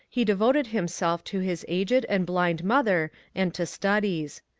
he devoted himself to his aged and blind mother and to studies.